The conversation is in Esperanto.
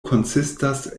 konsistas